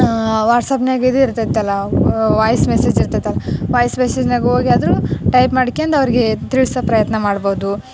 ವಾಟ್ಸಾಪ್ನ್ಯಾಗ ಇದು ಇರ್ತೈತಲ್ಲ voice message ಇರ್ತೈತಲ್ಲ ವಾಯ್ಸ್ ಮೆಸೇಜಿನ್ಯಾಗ ಹೋಗ್ಯಾದ್ರು ಟೈಪ್ ಮಾಡ್ಕೊಂಡು ಅವ್ರಿಗೆ ತಿಳಿಸೋ ಪ್ರಯತ್ನ ಮಾಡ್ಬಹುದು